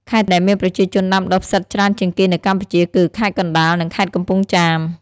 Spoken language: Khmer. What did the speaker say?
ខេត្តដែលមានប្រជាជនដាំដុះផ្សិតច្រើនជាងគេនៅកម្ពុជាគឺ ខេត្តកណ្ដាល និង ខេត្តកំពង់ចាម។